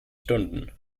stunden